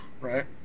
right